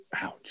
Ouch